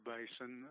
Basin